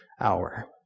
hour